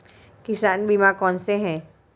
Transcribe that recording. किसान बीमा कौनसे हैं?